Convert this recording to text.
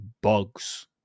bugs